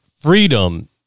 freedom